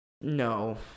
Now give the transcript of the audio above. No